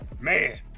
man